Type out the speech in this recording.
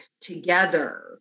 together